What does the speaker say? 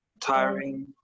Tiring